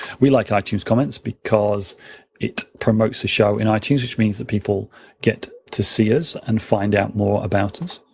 we like ah itunes comments because it promotes the show in ah itunes, which means that people get to see us and find out more about us.